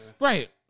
right